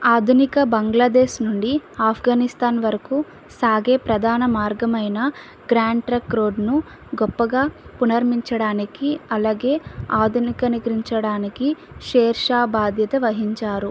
ఆధునిక బంగ్లాదేశ్ నుండి ఆఫ్ఘనిస్తాన్ వరకు సాగే ప్రధాన మార్గం అయిన గ్రాండ్ ట్రంక్ రోడ్ను గొప్పగా పున నిర్మించడానికి అలాగే ఆధునీకరించడానికి షేర్షా బాధ్యత వహించారు